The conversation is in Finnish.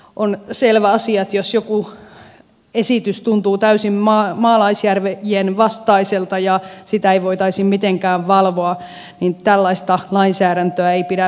on selvä asia että jos joku esitys tuntuu täysin maalaisjärjen vastaiselta ja sitä ei voitaisi mitenkään valvoa niin tällaista lainsäädäntöä ei pidä myöskään tehdä